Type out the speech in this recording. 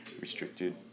restricted